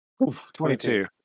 22